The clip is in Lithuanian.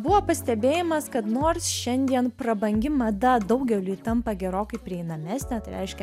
buvo pastebėjimas kad nors šiandien prabangi mada daugeliui tampa gerokai prieinamesnė tai reiškia